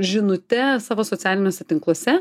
žinute savo socialiniuose tinkluose